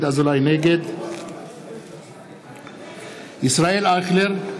נגד ישראל אייכלר,